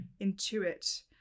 intuit